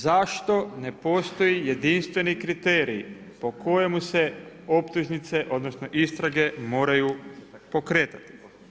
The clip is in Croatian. Zašto ne postoji jedinstveni kriterij po kojemu se optužnice, odnosno istrage moraju pokretati?